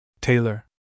Taylor